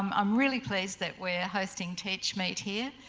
um i'm really pleased that we're hosting teachmeet here.